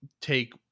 Take